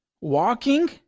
walking